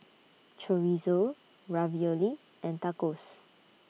Chorizo Ravioli and Tacos